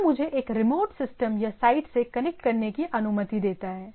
जो मुझे एक रिमोट सिस्टम या साइट से कनेक्ट करने की अनुमति देता है